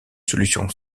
solution